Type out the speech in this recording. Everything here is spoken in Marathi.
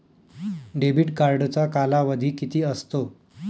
डेबिट कार्डचा कालावधी किती असतो?